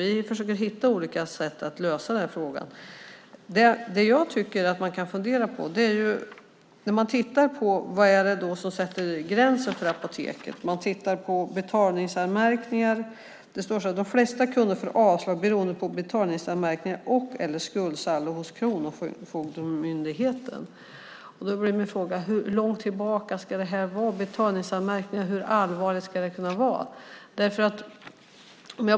Vi försöker hitta olika sätt att lösa denna fråga. Tittar man på vad det är som sätter gränsen för apoteken och på betalningsanmärkningar står det: "De flesta kunder får avslag beroende på betalningsanmärkningar eller skuldsaldo hos Kronofogdemyndigheten." Hur långt tillbaka ska detta gå? Hur allvarligt ska det kunna vara?